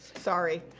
sorry.